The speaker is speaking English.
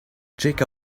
jaka